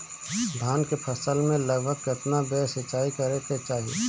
धान के फसल मे लगभग केतना बेर सिचाई करे के चाही?